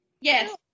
yes